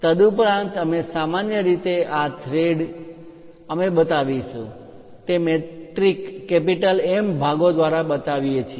તદુપરાંત અમે સામાન્ય રીતે આ થ્રેડ અમે બતાવીશું તે મેટ્રિક M ભાગો દ્વારા બતાવીએ છીએ